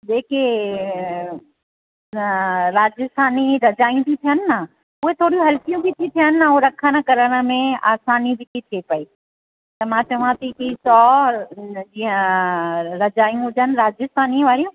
जेके रा राजस्थानी रजायूं थी थियनि न उहे थोड़ियूं हलकियूं बि थियनि ऐं रखनि करण में आसानी बि थी थिए पेई त मां चवां थी की सौ जीअं रजायूं हुजनि राजस्थानी वारियूं